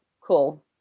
Cool